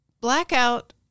blackout